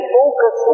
focus